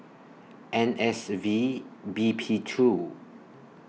N S V B P two